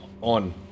on